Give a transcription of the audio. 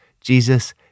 Jesus